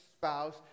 Spouse